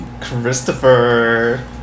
Christopher